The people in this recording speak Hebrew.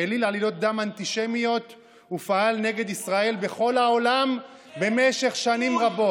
העליל עלילות דם אנטישמיות ופעל נגד ישראל בכל העולם במשך שנים רבות.